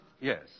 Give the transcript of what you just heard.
Yes